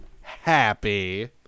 happy